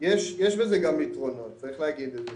יש בזה גם יתרונות, צריך להגיד את זה.